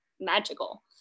magical